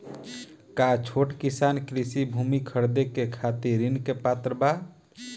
का छोट किसान कृषि भूमि खरीदे के खातिर ऋण के पात्र बा?